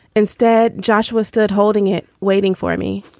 instead, joshua stood holding it, waiting for me.